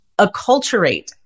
acculturate